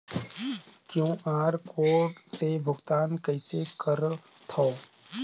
QR code से भुगतान कइसे करथव?